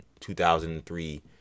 2003